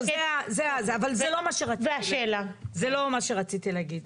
אבל זה לא מה שרציתי להגיד.